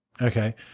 Okay